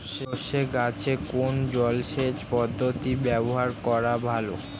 সরষে গাছে কোন জলসেচ পদ্ধতি ব্যবহার করা ভালো?